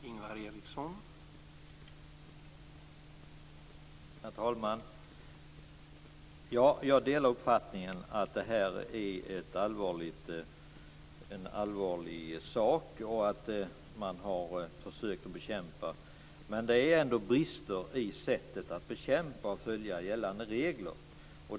Herr talman! Jag delar uppfattningen att det här är en allvarlig sak och att man har försökt bekämpa kvalstret. Men det är ändå brister i sättet att bekämpa och följa gällande regler.